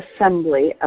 assembly